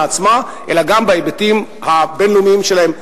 עצמה אלא גם בהיבטים הבין-לאומיים שלהן,